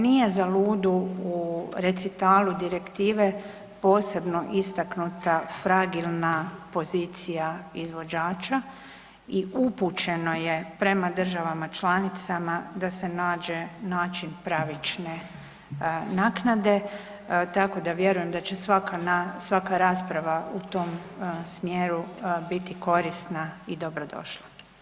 Nije za ludu u recitalu direktive posebno istaknuta fragilna pozicija izvođača i upućeno je prema državama članicama da se nađe način pravične naknade, tako da vjerujem da će svaka rasprava u tom smjeru biti korisna i dobrodošla.